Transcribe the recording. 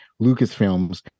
Lucasfilms